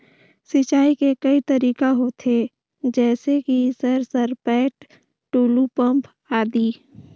सिंचाई के कई तरीका होथे? जैसे कि सर सरपैट, टुलु पंप, आदि?